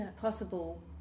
possible